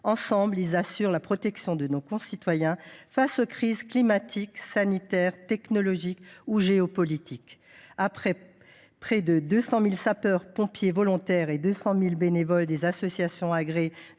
Ensemble, ils assurent la protection de nos concitoyens face aux crises climatiques, sanitaires, technologiques ou géopolitiques. Avec près de 200 000 sapeurs pompiers volontaires et 200 000 bénévoles au sein des associations agréées